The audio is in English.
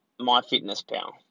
MyFitnessPal